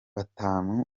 batanu